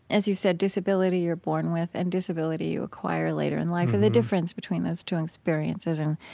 as you've said, disability you are born with and disability you acquire later in life, and the difference between those two experiences. and